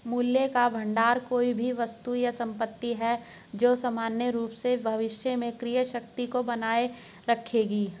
मूल्य का भंडार कोई भी वस्तु या संपत्ति है जो सामान्य रूप से भविष्य में क्रय शक्ति को बनाए रखेगी